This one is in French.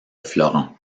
florent